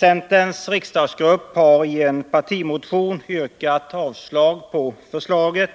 Centerns riksdagsgrupp har i en partimotion yrkat avslag på förslaget,